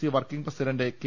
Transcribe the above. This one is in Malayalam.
C working president K